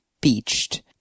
beached